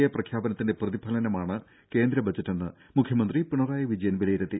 A പ്രഖ്യാപനത്തിന്റെ പ്രതിഫലനമാണ് കേന്ദ്ര ബജറ്റെന്ന് മുഖ്യമന്ത്രി പിണറായി വിജയൻ വിലയിരുത്തി